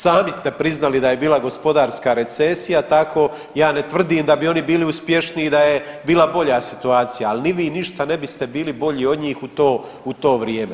Sami ste priznali da je bila gospodarska recesija, tako ja ne tvrdim da bi oni bili uspješniji da je bila bolja situacija, al ni vi ništa ne biste bili bolji od njih u to, u to vrijeme.